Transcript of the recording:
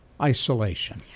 isolation